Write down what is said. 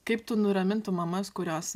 kaip tu nuramintum mamas kurios